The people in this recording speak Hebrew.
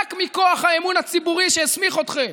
רק מכוח האמון הציבורי שהסמיך אתכם.